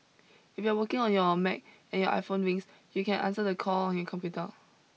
if you are working on your Mac and your iPhone rings you can answer the call on your computer